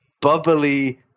bubbly